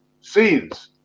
scenes